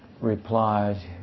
replied